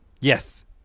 Yes